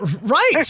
Right